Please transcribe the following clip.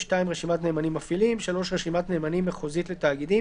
(2)רשימת נאמנים מפעילים,